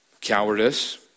cowardice